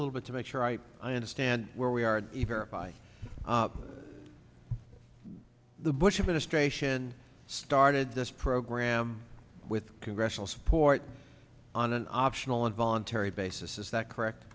little bit to make sure i understand where we are by the bush administration started this program with congressional support on an optional and voluntary basis is that